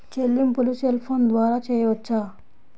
చెల్లింపులు cell phone ద్వారా చేయవచ్చా?